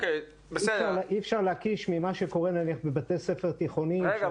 אי אפשר להקיש ממה שקורה בבתי ספר תיכוניים --- רגע,